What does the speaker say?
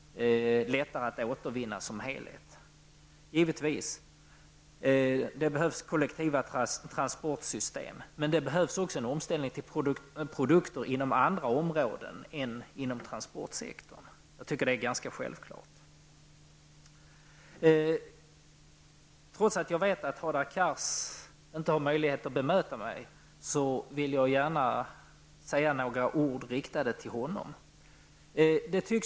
Produkterna skall dessutom som helhet vara lättare att återvinna. Det behövs kollektiva transportsystem, men det behövs också en omställning till produkter inom andra områden än transportsektorn. Jag tycker att det är självklart. Trots att jag vet att Hadar Cars inte har möjlighet att bemöta mig vill jag rikta några ord till honom.